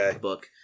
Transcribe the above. book